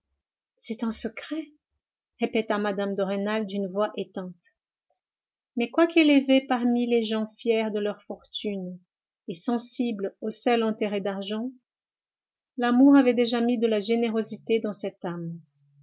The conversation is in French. c'est un secret répéta mme de rênal d'une voix éteinte mais quoique élevée parmi les gens fiers de leur fortune et sensibles au seul intérêt d'argent l'amour avait déjà mis de la générosité dans cette âme